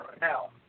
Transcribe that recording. now